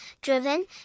driven